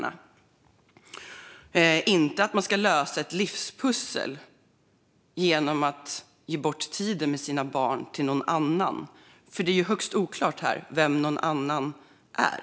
Det handlar inte om att lösa ett livspussel genom att ge bort tiden med sina barn till någon annan, för det är högst oklart vem "någon annan" är.